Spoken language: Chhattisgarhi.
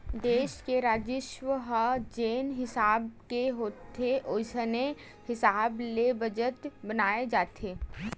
देस के राजस्व ह जेन हिसाब के होथे ओसने हिसाब ले बजट बनाए जाथे